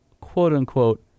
quote-unquote